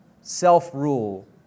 Self-rule